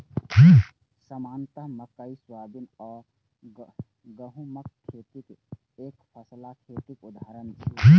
सामान्यतः मकइ, सोयाबीन आ गहूमक खेती एकफसला खेतीक उदाहरण छियै